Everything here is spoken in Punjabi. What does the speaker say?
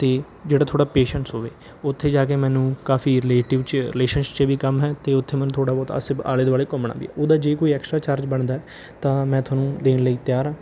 ਅਤੇ ਜਿਹੜਾ ਥੋੜ੍ਹਾ ਪੇਸ਼ੈਂਟਸ ਹੋਵੇ ਉੱਥੇ ਜਾ ਕੇ ਮੈਨੂੰ ਕਾਫੀ ਰਿਲੇਟਿਵ 'ਚ ਰਿਲੇਸ਼ਨ 'ਚ ਵੀ ਕੰਮ ਹੈ ਅਤੇ ਉੱਥੇ ਮੈਨੂੰ ਥੋੜ੍ਹਾ ਬਹੁਤਾ ਆਸੇ ਆਲੇ ਦੁਆਲੇ ਘੁੰਮਣਾ ਵੀ ਆ ਉਹਦਾ ਜੇ ਕੋਈ ਐਕਸਟਰਾ ਚਾਰਜ ਬਣਦਾ ਤਾਂ ਮੈਂ ਤੁਹਾਨੂੰ ਦੇਣ ਲਈ ਤਿਆਰ ਹਾਂ